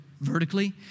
vertically